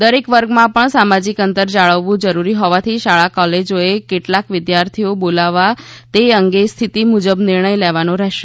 દરેક વર્ગમાં પણ સામાજિક અંતર જાળવવું જરૂરી હોવાથી શાળા કોલેજોએ કેટલાં વિદ્યાર્થીઓ બોલાવવા તે અંગે સ્થિતિ મુજબ નિર્ણય લેવાનો રહેશે